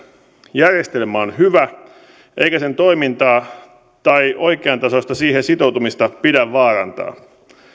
järjestelmä on hyvä eikä sen toimintaa tai oikean tasoista sitoutumista siihen pidä vaarantaa